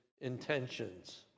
intentions